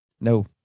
no